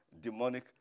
demonic